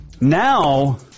now